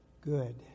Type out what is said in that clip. good